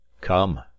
Come